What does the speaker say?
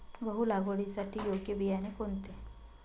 गहू लागवडीसाठी योग्य बियाणे कोणते?